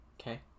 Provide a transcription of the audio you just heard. Okay